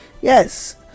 Yes